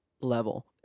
level